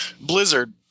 blizzard